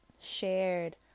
shared